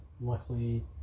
luckily